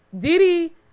Diddy